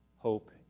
Hope